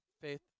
Faith